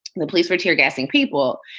the police were tear gassing people.